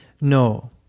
No